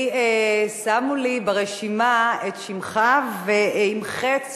שמו לי ברשימה את שמך עם חץ,